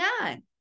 on